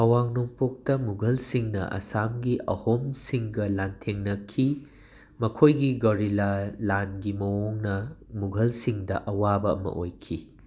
ꯑꯋꯥꯡ ꯅꯣꯡꯄꯣꯛꯇ ꯃꯨꯘꯜꯁꯤꯡꯅ ꯑꯁꯥꯝꯒꯤ ꯑꯍꯣꯝꯁꯤꯡꯒ ꯂꯥꯟꯊꯦꯡꯅꯈꯤ ꯃꯈꯣꯏꯒꯤ ꯒꯣꯔꯤꯂꯥ ꯂꯥꯟꯒꯤ ꯃꯑꯣꯡꯅ ꯃꯨꯘꯜꯁꯤꯡꯗ ꯑꯋꯥꯕ ꯑꯃ ꯑꯣꯏꯈꯤ